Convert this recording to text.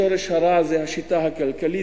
ששורש הרע זה השיטה הכלכלית,